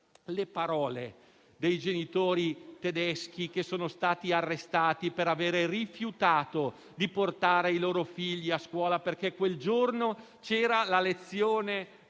le parole dei genitori tedeschi che sono stati arrestati per aver rifiutato di portare i loro figli a scuola perché quel giorno c'era la lezione di